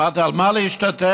אמרתי: במה להשתתף?